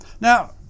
Now